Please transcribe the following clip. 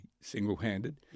single-handed